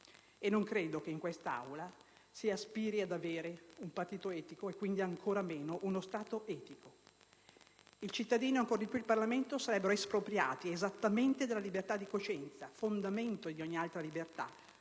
e non credo che in quest'Aula si aspiri ad avere un partito etico e quindi, ancora meno, uno Stato etico. Il cittadino, e ancor di più il Parlamento, sarebbero espropriati esattamente della libertà di coscienza, fondamento di ogni altra libertà